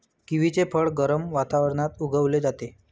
किवीचे फळ गरम वातावरणात उगवले जाते